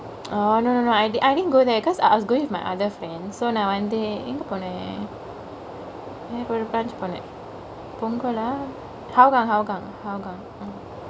orh no no no I didn't I didn't go there because I was goingk with my other friend so நா வந்து எங்க போனெ வேர ஒரு:naa vanthu engke pone vere oru branch போனெ:pone pungkgol லா:laa hougangk hougangk hougangk